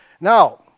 Now